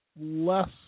less